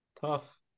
Tough